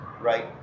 right